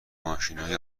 ماشینای